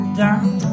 down